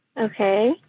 Okay